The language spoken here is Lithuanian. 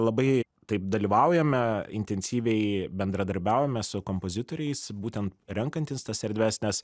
labai taip dalyvaujame intensyviai bendradarbiaujame su kompozitoriais būtent renkantis tas erdves nes